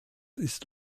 ist